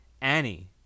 Annie